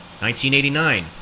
1989